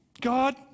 God